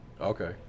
Okay